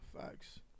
Facts